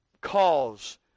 Cause